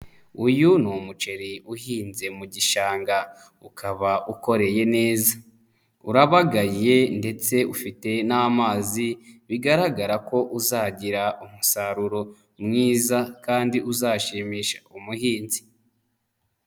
Uyu ni umuceri uhinze mu gishanga, ukaba ukoreye neza. Urabagaye ndetse ufite n'amazi, bigaragara ko uzagira umusaruro mwiza kandi uzashimisha umuhinzi.